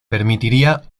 permitiría